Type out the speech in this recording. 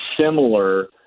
similar